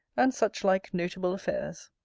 and such-like notable affairs.